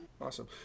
Awesome